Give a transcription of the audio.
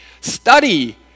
study